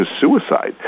suicide